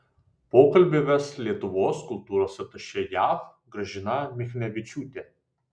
pokalbį ves lietuvos kultūros atašė jav gražina michnevičiūtė